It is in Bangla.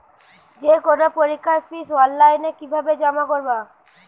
যে কোনো পরীক্ষার ফিস অনলাইনে কিভাবে জমা করব?